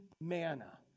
manna